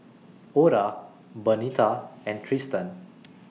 Oda Bernita and Trystan